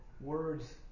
words